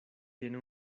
tiene